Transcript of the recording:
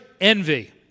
envy